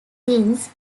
since